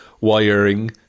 wiring